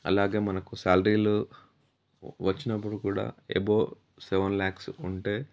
అలాగే మనకు శాలరీలు వచ్చినప్పుడు కూడా ఎబవ్ సెవెన్ ల్యాక్స్ ఉంటే